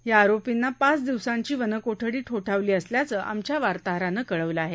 या आरोपींना पाच दिवसांची वनकोठडी ठोठावली असल्याचं आमच्या वार्ताहरानं कळवलं आहे